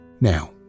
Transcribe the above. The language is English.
Now